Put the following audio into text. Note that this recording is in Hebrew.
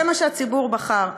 זה מה שהציבור בחר.